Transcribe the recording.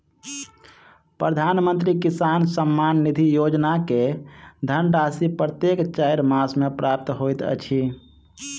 प्रधानमंत्री किसान सम्मान निधि योजना के धनराशि प्रत्येक चाइर मास मे प्राप्त होइत अछि